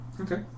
Okay